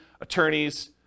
attorneys